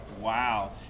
Wow